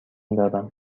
دارم